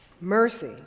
Mercy